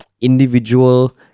individual